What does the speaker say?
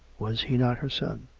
was he not her son?